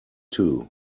two